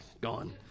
gone